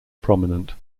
prominent